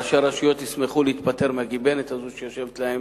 ראשי הרשויות ישמחו להיפטר מהחטוטרת הזאת שיושבת להם